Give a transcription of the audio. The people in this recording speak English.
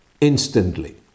instantly